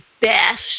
best